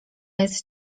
jest